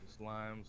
Slimes